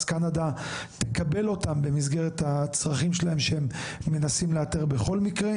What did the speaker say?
קנדה תקבל אותם במסגרת הצרכים שלהם שהם מנסים לאתר בכל מקרה.